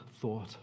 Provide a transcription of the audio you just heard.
thought